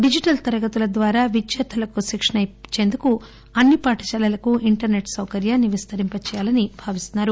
digital తరగతుల ద్వారా విద్యార్దులకు శిక్షణ ఇచ్చేందుకు అన్ని పాఠశాలలకు ఇంటర్నెట్ సౌకర్యాన్ని విస్తరింపజేయాలని భావిస్తున్నారు